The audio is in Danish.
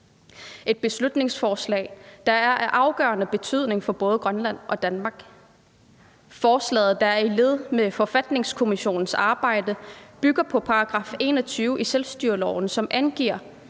et beslutningsforslag, der er af afgørende betydning for både Grønland og Danmark. Forslaget, der ligger i forlængelse af forfatningskommissionens arbejde, bygger på § 21 i selvstyreloven, som angiver,